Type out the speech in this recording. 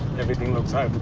everything looks